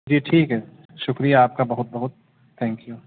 ٹھیک ہے شکریہ آپ کا بہت بہت تھینک یو